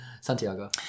Santiago